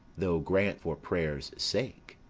though grant for prayers' sake.